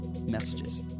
messages